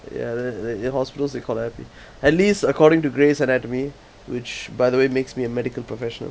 ya that in hospitals they call appy at least according to grey's anatomy which by the way it makes me a medical professional